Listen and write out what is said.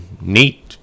neat